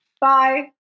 Bye